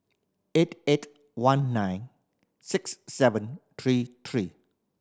eight eight one nine six seven three three